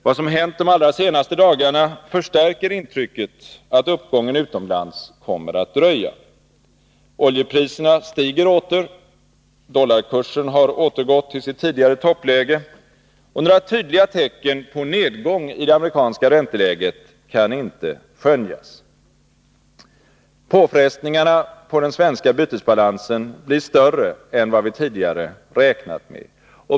Vad som hänt de allra senaste dagarna förstärker intrycket att uppgången utomlands kommer att dröja. Oljepriserna stiger åter, dollarkursen har återgått till sitt tidigare toppläge, och några tydliga tecken på nedgång i det amerikanska ränteläget kan inte skönjas. Påfrestningarna på den svenska bytesbalansen blir större än vad vi tidigare räknat med.